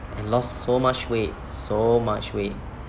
and lost so much weight so much weight